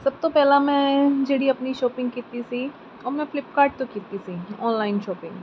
ਸਭ ਤੋਂ ਪਹਿਲਾਂ ਮੈਂ ਜਿਹੜੀ ਆਪਣੀ ਸ਼ੋਪਿੰਗ ਕੀਤੀ ਸੀ ਉਹ ਮੈਂ ਫਲਿਪਕਾਰਟ ਤੋਂ ਕੀਤੀ ਸੀ ਓਨਲਾਈਨ ਸ਼ੋਪਿੰਗ